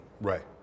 Right